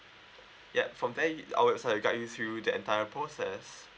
yup from there it our website will guide you through that entire process